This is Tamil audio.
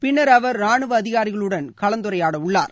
பின்னர் அவர் ராணுவ அதிகாரிகளுடன் கலந்துரையாடுவார்